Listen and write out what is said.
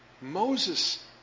Moses